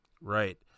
Right